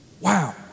Wow